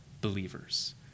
believers